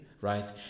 right